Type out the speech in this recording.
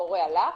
המורה הלך,